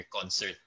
concert